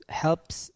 helps